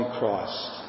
Christ